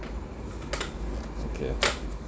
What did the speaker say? okay uh